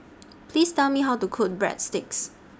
Please Tell Me How to Cook Breadsticks